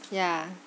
yeah